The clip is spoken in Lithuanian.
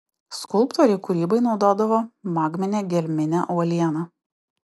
skulptoriai kūrybai naudodavo magminę gelminę uolieną